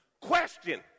Question